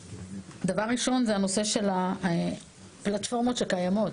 דבר ראשון הוא הנושא של הפלטפורמות שקיימות,